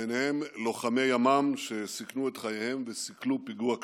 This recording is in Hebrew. וביניהם לוחמי ימ"מ שסיכנו את חייהם וסיכלו פיגוע קשה.